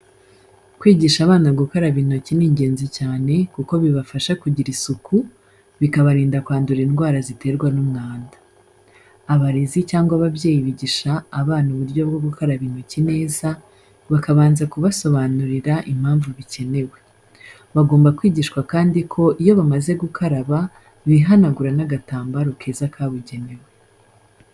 Kwigisha abana gukaraba intoki ni ingenzi cyane kuko bibafasha kugira isuku, bikabarinda kwandura indwara ziterwa n'umwanda. Abarezi cyangwa ababyeyi bigisha abana uburyo bwo gukaraba intoki neza, bakabanza kubasobanurira impamvu bikenewe. Bagomba kwigishwa kandi ko iyo bamaze gukaraba bihanagura n'agatambaro keza kabugenewe.